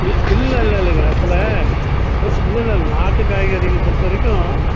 இல் இல்லயில்லைங்க ஆக்சுவலாக இல்லை இல்லை நாட்டு காய்கறிங்கள் பொறுத்தவரைக்கும்